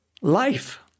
life